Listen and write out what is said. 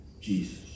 Jesus